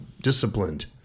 disciplined